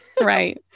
Right